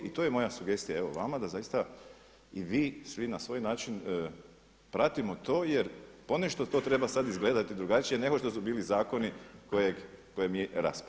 I to je moja sugestija evo vama da zaista i vi svi na svoj način pratimo to jer ponešto to treba sada izgledati drugačije nego što su bili zakoni koje mi raspravljamo.